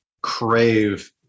crave